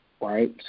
right